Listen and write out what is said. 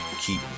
keep